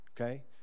okay